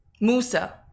musa